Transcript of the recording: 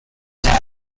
such